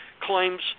claims